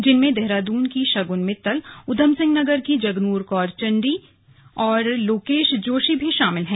जिनमें देहरादून की शगुन मित्तल उधमसिंह नगर की जगनूर कौर चाण्डी और लोकेश जोशी भी शामिल हैं